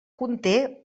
conté